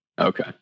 Okay